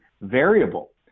variable